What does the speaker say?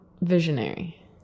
visionary